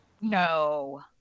no